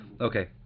Okay